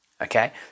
okay